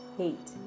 hate